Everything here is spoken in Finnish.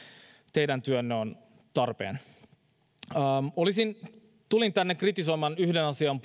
teidän työnne on tarpeen tulin tänne kritisoimaan yhden asian